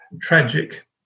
tragic